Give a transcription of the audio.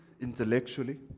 intellectually